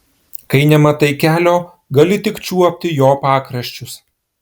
kai nematai kelio gali tik čiuopti jo pakraščius